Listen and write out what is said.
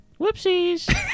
Whoopsies